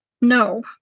No